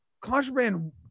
contraband